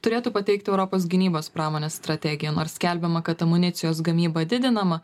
turėtų pateikti europos gynybos pramonės strategiją nors skelbiama kad amunicijos gamyba didinama